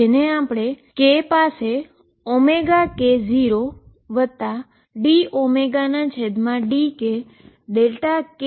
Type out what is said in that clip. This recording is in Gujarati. જેને આપણે as k0dωdkk0 Δk તરીકે વિસ્તૃત કરીશું